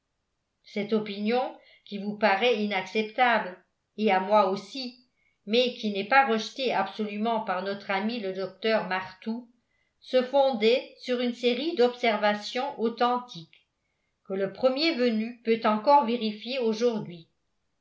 cette opinion qui vous paraît inacceptable et à moi aussi mais qui n'est pas rejetée absolument par notre ami le docteur martout se fondait sur une série d'observations authentiques que le premier venu peut encore vérifier aujourd'hui